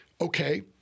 Okay